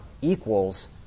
equals